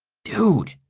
dude,